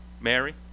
Mary